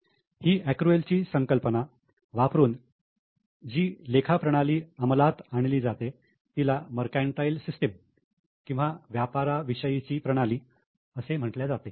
ही accrual ची संकल्पना वापरून जी लेखा प्रणाली अमलात आणली जाते तिला मर्कंटाईल सिस्टम किंवा व्यापारा विषयीची प्रणाली असे म्हटल्या जाते